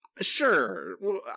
Sure